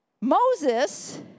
Moses